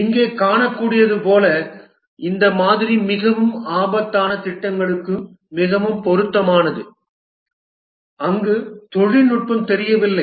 இங்கே காணக்கூடியது போல இந்த மாதிரி மிகவும் ஆபத்தான திட்டங்களுக்கு மிகவும் பொருத்தமானது அங்கு தொழில்நுட்பம் தெரியவில்லை